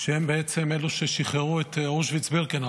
שהם בעצם אלו ששחררו את אושוויץ-בירקנאו.